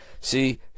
See